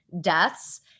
deaths